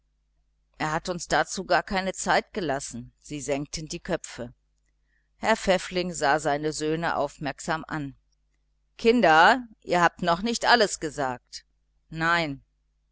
er hat uns dazu gar keine zeit gelassen sie senkten die köpfe herr pfäffling sah seine söhne aufmerksam an kinder ihr habt noch nicht alles gesagt nein